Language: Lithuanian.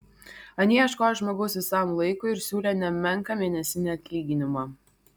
anie ieškojo žmogaus visam laikui ir siūlė nemenką mėnesinį atlyginimą